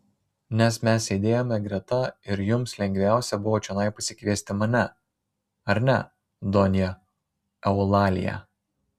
nes mes sėdėjome greta ir jums lengviausia buvo čionai pasikviesti mane ar ne donja eulalija